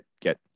get